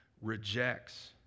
rejects